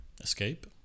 escape